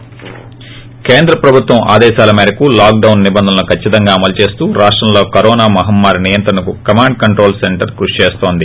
break కేంద్ర ప్రభుత్వం ఆదేశాల మేరకు లాక్డాన్ నిబంధనలు కచ్చితంగా అమలు చేస్తూ రాష్టంలో కరోనా మహమ్మారి నియంత్రణకు కమాండ్ కంట్రోల్ సెంటర్ కృషి చేస్తోంది